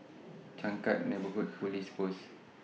Changkat Neighbourhood Police Post